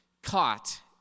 Caught